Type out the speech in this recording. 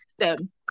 system